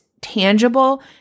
tangible